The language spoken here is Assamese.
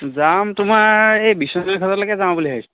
যাম তোমাৰ এই বিশ্বনাথ ঘাটলৈকে যাওঁ বুলি ভাবিছোঁ